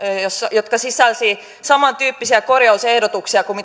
jotka sisälsivät saman tyyppisiä korjausehdotuksia kuin